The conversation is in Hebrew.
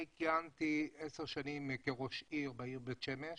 אני כיהנתי 10 שנים כראש העיר בית שמש